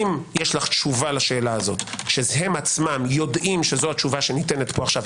אם יש לך תשובה לשאלה הזו שהם עצמם יודעים שזו התשובה שניתנת פה עכשיו,